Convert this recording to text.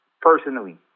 personally